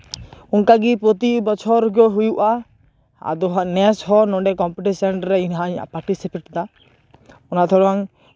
ᱚᱱᱠᱟᱜᱮ ᱯᱨᱚᱛᱤ ᱵᱚᱪᱷᱚᱨ ᱜᱮ ᱦᱩᱭᱩᱜᱼᱟ ᱟᱫᱚ ᱦᱟᱸᱜ ᱱᱮᱥ ᱦᱚᱸ ᱱᱚᱰᱮ ᱠᱚᱢᱯᱤᱴᱤᱥᱮᱱ ᱨᱮ ᱤᱧ ᱦᱟᱸᱜ ᱯᱟᱨᱴᱤᱥᱤᱯᱮᱴ ᱫᱟ ᱚᱱᱟ ᱛᱮᱲᱚᱝ